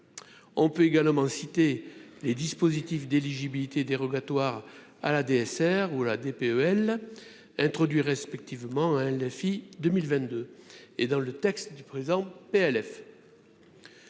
on peut également citer les dispositifs d'éligibilité dérogatoire à la DSR ou la DPE elle introduit respectivement 2022, et dans le texte du présent PLF,